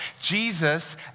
Jesus